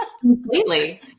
Completely